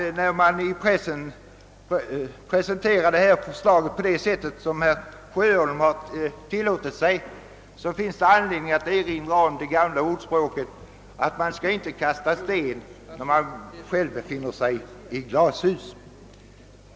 När man i pressen presenterat detta förslag på det sätt som herr Sjöholm har tillåtit sig göra finns det anledning att erinra om det gamla ordspråket att man skall inte kasta sten när man sitter i glashus.